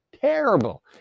Terrible